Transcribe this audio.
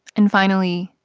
and finally,